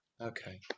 Okay